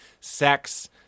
sex